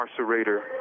incarcerator